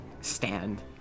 stand